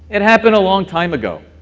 it happened a long time ago,